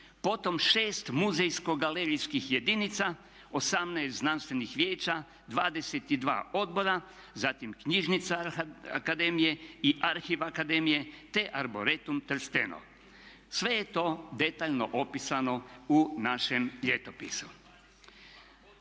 Potom 6 muzejsko galerijskih jedinica, 18 znanstvenih vijeća, 22 odbora, zatim Knjižnica akademije i Arhiv akademije te Arboretum Trsteno. Sve je to detaljno opisano u našem ljetopisu.